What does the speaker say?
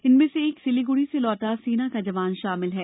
इनमें से एक सिलीगुडी से लौटा सेना का जवान शामिल है